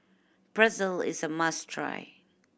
pretzel is a must try